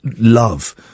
love